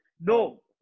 no